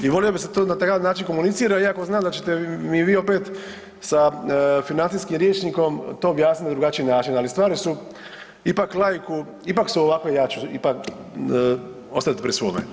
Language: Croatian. I volio bi da se to na taj jedan način komunicira iako znam da ćete mi vi opet sa financijskim rječnikom to objasniti na drugačiji način, ali stvari su ipak laiku, ipak su ovako jače, ipak ostati pri svome.